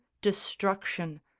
destruction